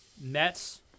Mets